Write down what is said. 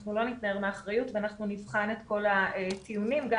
שאנחנו לא נתנער מאחריות ואנחנו נבחן את כל הטיעונים גם